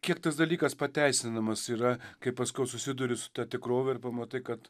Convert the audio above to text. kiek tas dalykas pateisinamas yra kai paskui jau susiduri su ta tikrove ir pamatai kad